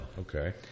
Okay